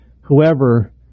whoever